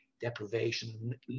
deprivation